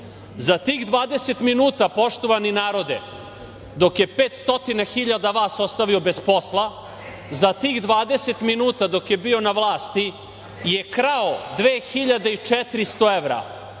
Za tih 20 minuta, poštovani narode, dok je 500.000 vas ostavio bez posla, za tih 20 minuta dok je bio na vlasti je krao 2.400 evra.